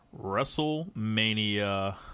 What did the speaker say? WrestleMania